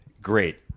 Great